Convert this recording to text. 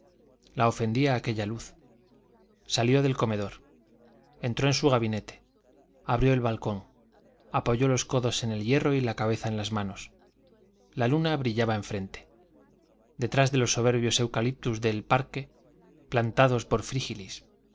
la ofendía aquella luz salió del comedor entró en su gabinete abrió el balcón apoyó los codos en el hierro y la cabeza en las manos la luna brillaba en frente detrás de los soberbios eucaliptus del parque plantados por frígilis